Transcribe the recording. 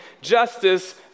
justice